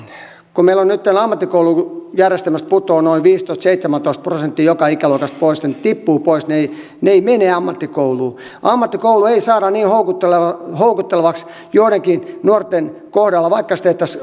kun meillä nyt ammattikoulujärjestelmästä putoaa noin viisitoista viiva seitsemäntoista prosenttia joka ikäluokasta pois niin hän tippuu pois ei mene ammattikouluun ammattikoulua ei saada niin houkuttelevaksi houkuttelevaksi joidenkin nuorten kohdalla vaikka se